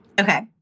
Okay